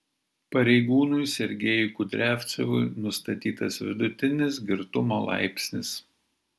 pareigūnui sergejui kudriavcevui nustatytas vidutinis girtumo laipsnis